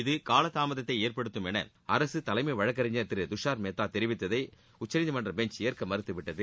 இது கால தாமதத்தை ஏற்படுத்தும் என அரசு தலைமை வழக்கறிஞர் திரு துஷார் மேத்தா தெரிவித்ததை உச்சநீதிமன்ற பெஞ்ச் ஏற்க மறுத்துவிட்டது